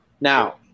Now